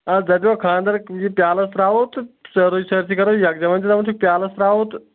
اَسہِ دَپیو خاندر یہِ پیٛالَس ترٛاوَو تہٕ سٲرٕے سٲرسی کَرو یَکجاہ وۄںۍ چھُو دپان پیٛالَس ترٛاوَو تہٕ